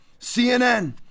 CNN